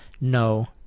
No